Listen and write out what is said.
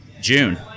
june